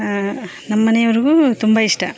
ನಮ್ಮ ಮನೆಯವ್ರಿಗೂ ತುಂಬ ಇಷ್ಟ